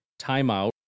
timeout